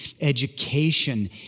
education